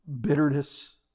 bitterness